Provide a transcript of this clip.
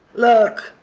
look,